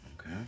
Okay